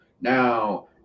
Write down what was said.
now